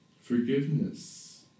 forgiveness